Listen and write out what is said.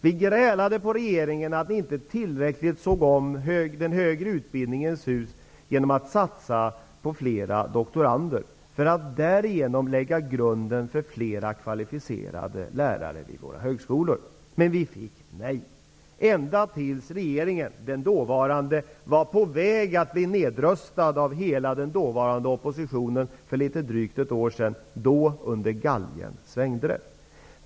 Vi grälade på regeringen för att den inte tillräckligt såg om den högre utbildningens hus genom att satsa på flera doktorander och därigenom lägga grunden för flera kvalificerade lärare vid högskolorna. Men vi fick nej, ända tills för ett år sedan, då den dåvarande regeringen var på väg att bli nedröstad av hela oppositionen -- då svängde man, under galgen.